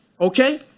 Okay